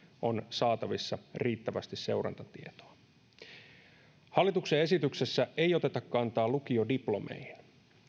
on saatavissa seurantatietoa riittävästi hallituksen esityksessä ei oteta kantaa lukiodiplomeihin